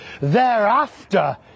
thereafter